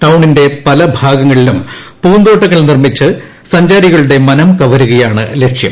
ഠൌണിന്റെ പല ഭാഗങ്ങളിലും പൂന്തോട്ടങ്ങൾ നിർമ്മിച്ച സഞ്ചാരികളുടെ മനം കവരുകയാണ് ലക്ഷ്യം